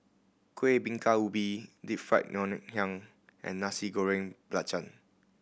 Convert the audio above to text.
Kueh Bingka Ubi Deep Fried Ngoh Hiang and Nasi Goreng Belacan